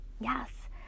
Yes